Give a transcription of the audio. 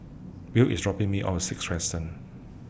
Will IS dropping Me off Sixth Crescent